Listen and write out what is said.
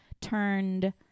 turned